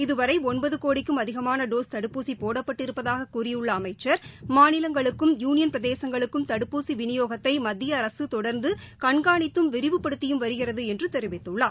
இதுவரைஒன்பதகோடிக்கும் அதிகமானடோஸ் தடுப்பூசிபோடப்பட்டிருப்பதாககூறியுள்ளஅமைச்சா் மாநிலங்களுக்கும் யுனியன் பிரதேசங்களுக்கும் தடுப்பூசிவிநியோகத்தைமத்திய அரசுதொடர்ந்துகண்காணித்தும் விரிவுபடுத்தியும் வருகிறதுஎன்றுதெரிவித்துள்ளார்